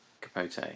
Capote